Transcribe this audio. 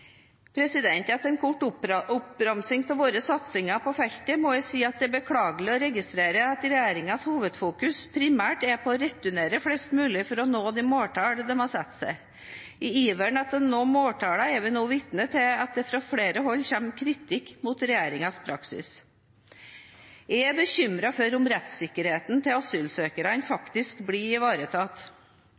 en kort oppramsing av våre satsninger på feltet, må jeg si at det er beklagelig å registrere at regjeringens hovedfokus primært er på å returnere flest mulig for å nå det måltallet de har satt seg. Grunnet iveren etter å nå måltallet er vi nå vitne til at det fra flere hold kommer kritikk mot regjeringens praksis. Jeg er bekymret for om rettssikkerheten til asylsøkerne faktisk blir ivaretatt,